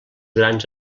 grans